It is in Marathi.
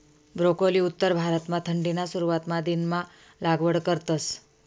ब्रोकोली उत्तर भारतमा थंडीना सुरवातना दिनमा लागवड करतस